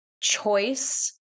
choice